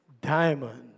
diamond